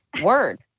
word